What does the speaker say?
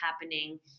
happening